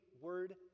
word